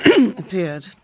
appeared